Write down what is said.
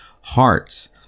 hearts